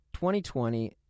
2020